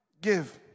give